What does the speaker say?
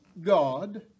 God